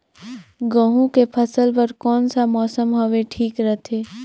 गहूं के फसल बर कौन सा मौसम हवे ठीक रथे?